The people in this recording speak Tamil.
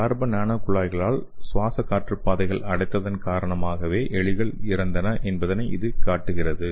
கார்பன் நானோ குழாய்களால் சுவாச காற்றுப்பாதைகள் அடைத்ததன் காரணமாகவே எலி இறந்தது என்பதை இந்தப் படம் காட்டுகிறது